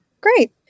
Great